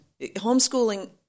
homeschooling